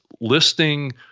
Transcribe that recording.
listing